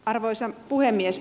arvoisa puhemies